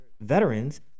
veterans